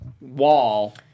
wall